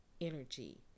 energy